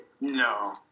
No